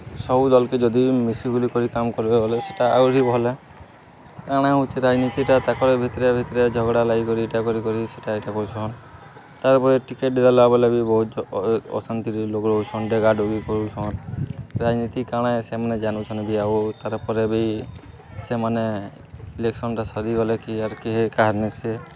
ସବୁ ଦଲକେ ଯଦି ମିଶି ବୋଲିକରି କାମ କରିବେ ବଲେ ସେଇଟା ଆହୁରି ଭଲେ କାଣା ହଉଛେ ରାଜନୀତିଟା ତାଙ୍କର ଭିତରେ ଭିତରେ ଝଗଡ଼ା ଲାଗି କରି ଏଇଟା କରି କରି ସେଇଟା ଏଇଟା କରଛନ୍ ତାର୍ ପରେ ଟିକେଟ୍ ଦେଲା ବଲେ ବି ବହୁତ ଅଶାନ୍ତିରେ ଲୋକ ରହୁଛନ୍ ଡେଗା ଡୁଗି କରୁଛନ୍ ରାଜନୀତି କାଣା ସେମାନେ ଜାନୁଛନ୍ ବି ଆଉ ତା'ର ପରେ ବି ସେମାନେ ଇଲେକ୍ସନଟା ସରିଗଲେ କି ଆର୍ କି କାହାର ନେସି